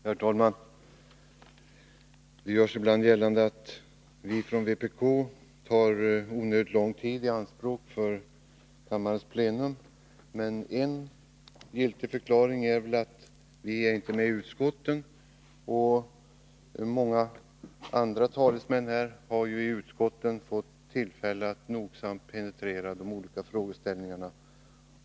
Herr talman! Det görs ibland gällande att vi från vpk tar onödigt stor del av kammarens tid i anspråk. Men en giltig förklaring är att vi inte är representerade i något utskott. Många andra talesmän här har ju i utskottet fått tillfälle att nogsamt penetrera de olika frågeställningarna.